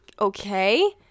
Okay